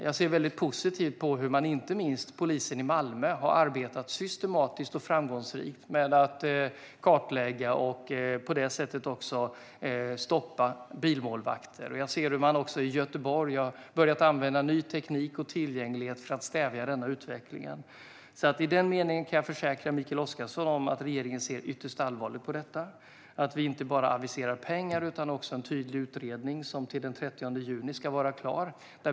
Jag ser väldigt positivt på hur inte minst polisen i Malmö har arbetat systematiskt och framgångsrikt med kartläggning och på så vis har kunnat stoppa bilmålvakter. Jag ser också hur man i Göteborg har börjat använda ny teknik och tillgänglighet för att stävja utvecklingen. Jag kan alltså försäkra Mikael Oscarsson om att regeringen ser ytterst allvarligt på detta. Vi aviserar inte bara pengar utan tillsätter också en tydlig utredning som ska vara klar till den 30 juni.